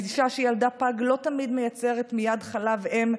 אישה שילדה פג לא תמיד מייצרת מייד חלב אם,